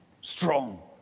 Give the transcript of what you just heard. strong